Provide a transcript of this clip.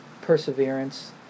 perseverance